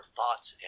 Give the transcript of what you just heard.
thoughts